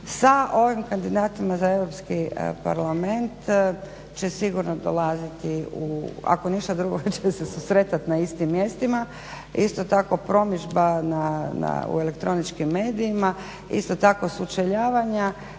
sa ovim kandidatima za Europski parlament će sigurno dolaziti u, ako ništa drugo će se susretat na istim mjestima. Isto tako promidžba u elektroničkim medijima, isto tako sučeljavanja